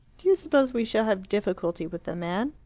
do you suppose we shall have difficulty with the man?